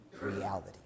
reality